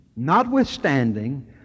Notwithstanding